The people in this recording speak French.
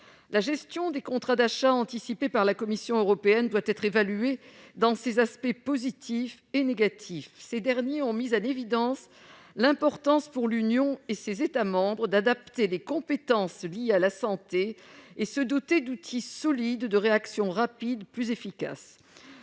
La gestion des contrats d'achats anticipés par la Commission européenne doit être évaluée dans ses aspects positifs et négatifs. Ces derniers ont mis en évidence l'importance pour l'Union et ses États membres d'adapter les compétences liées à la santé et de se doter d'outils solides et plus efficaces